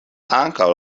ankaŭ